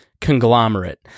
conglomerate